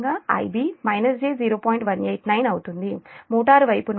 189 అవుతుంది మోటారు వైపు నుండి Ia0 j0